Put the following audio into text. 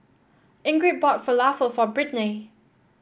Ingrid bought Falafel for Brittnay